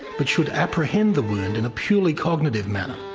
but should apprehend the wound in a purely cognitive manner,